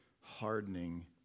hardening